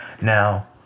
Now